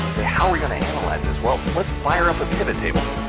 how are we gonna analyze as well. but let's fire up a pivot table.